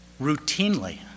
routinely